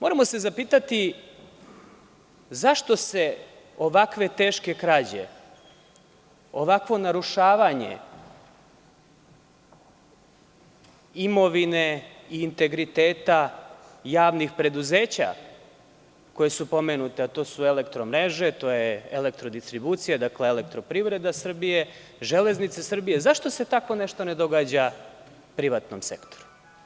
Moramo se zapitati zašto se ovako teške krađe, ovakvo narušavanje imovine i integriteta javnih preduzeća koja su pomenuta, a to su „Elektromreže“, „Elektrodistribucija“, „Elektroprivreda“, „Železnice Srbije“, zašto se tako nešto ne događa privatnom sektoru?